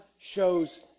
shows